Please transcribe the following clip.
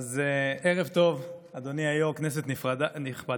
ערב טוב, אדוני היו"ר, כנסת נכבדה.